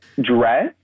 dress